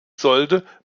sollte